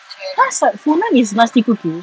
!huh! is like funan is nasty cookie